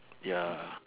ya